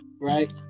right